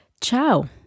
Ciao